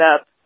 up